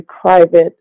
private